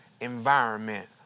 environment